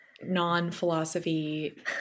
non-philosophy